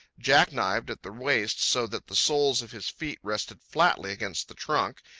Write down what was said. jack-knived at the waist so that the soles of his feet rested flatly against the trunk,